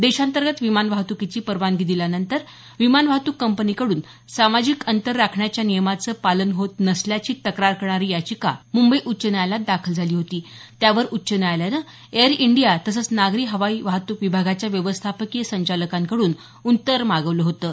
देशांतर्गत विमान वाहतुकीची परवानगी दिल्यानंतर विमान वाहतुक कंपनीकडून सामाजिक अंतर राखण्याच्या नियमाचं पालन होत नसल्याची तक्रार करणारी याचिका मुंबई उच्च न्यायालयात दाखल झाली होती त्यावर उच्च न्यायालयानं एअर इंडिया तसंच नागरी हवाई वाहतूक विभागाच्या व्यवस्थापकीय संचालकांकडून उत्तर मागवलं होतं